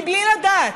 בלי לדעת,